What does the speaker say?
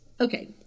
okay